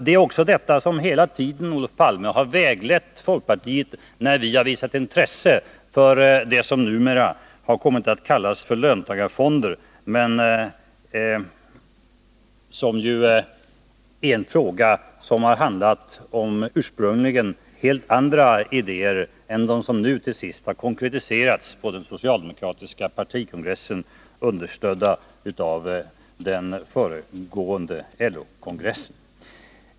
Det är också detta, Olof Palme, som hela tiden har väglett folkpartiet när vi visat intresse för det som numera har kommit att kallas löntagarfonder men som ursprungligen handlat om helt andra idéer än dem som till sist konkretiserats på den socialdemokratiska partikongressen med stöd från den föregående LO-kongressen.